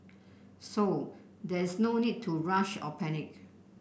so there is no need to rush or panic